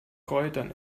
kräutern